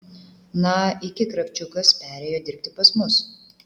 na iki kravčiukas perėjo dirbti pas mus